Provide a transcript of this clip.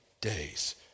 days